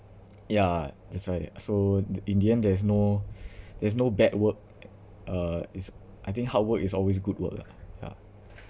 ya that's why so the in the end there's no there's no bad work uh it's I think hard work is always good work lah ya